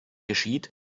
geschieht